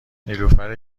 نیلوفر